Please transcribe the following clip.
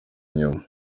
inyuma